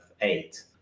eight